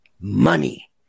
money